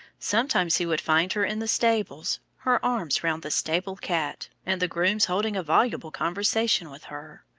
sometimes he would find her in the stables, her arms round the stable cat, and the grooms holding a voluble conversation with her,